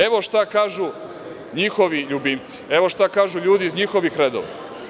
Evo šta kažu njihovi ljubimci, evo šta kažu ljudi iz njihovih redova.